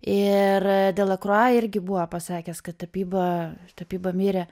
ir delakrua irgi buvo pasakęs kad tapyba tapyba mirė